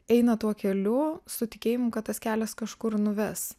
eina tuo keliu su tikėjimu kad tas kelias kažkur nuves